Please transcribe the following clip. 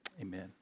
amen